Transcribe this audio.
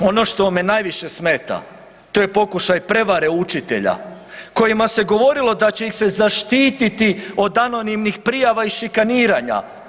Ono što me najviše smeta to je pokušaj prevare učitelja kojima se govorilo da će ih se zaštiti od anonimnih prijava i šikaniranja.